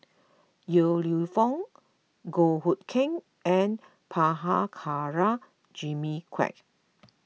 Yong Lew Foong Goh Hood Keng and Prabhakara Jimmy Quek